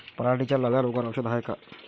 पराटीच्या लाल्या रोगावर औषध हाये का?